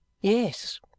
Yes